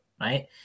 Right